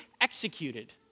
executed